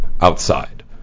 outside